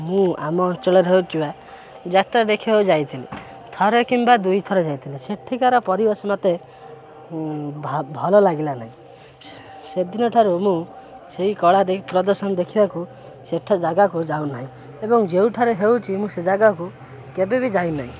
ମୁଁ ଆମ ଅଞ୍ଚଳରେ ହେଉଥିବା ଯାତ୍ରା ଦେଖିବାକୁ ଯାଇଥିଲି ଥରେ କିମ୍ବା ଦୁଇଥର ଯାଇଥିଲି ସେଠିକାର ପରିବେଶ ମୋତେ ଭଲ ଲାଗିଲାନାହିଁ ସେଦିନଠାରୁ ମୁଁ ସେଇ କଳା ପ୍ରଦର୍ଶନ ଦେଖିବାକୁ ସେଠା ଜାଗାକୁ ଯାଉନାହିଁ ଏବଂ ଯେଉଁଠାରେ ହେଉଛି ମୁଁ ସେ ଜାଗାକୁ କେବେ ବି ଯାଇନାହିଁ